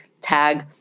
tag